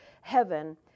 heaven